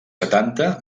setanta